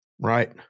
Right